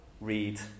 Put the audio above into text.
read